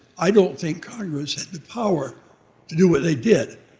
i don't think congress had the power to do what they did.